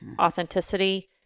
authenticity